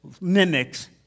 mimics